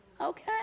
okay